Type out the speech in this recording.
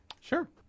sure